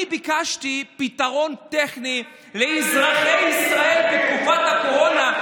אני ביקשתי פתרון טכני לאזרחי ישראל בתקופת הקורונה,